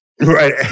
Right